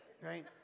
right